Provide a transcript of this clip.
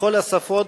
בכל השפות,